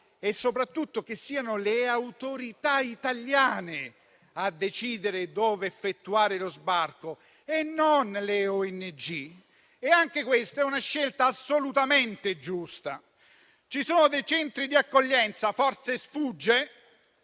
e soprattutto che siano le autorità italiane a decidere dove effettuare lo sbarco e non le ONG. Anche questa è una scelta assolutamente giusta. Forse sfugge che ci sono dei centri di accoglienza, come per